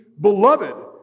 beloved